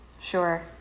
Sure